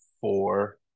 four